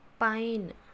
pine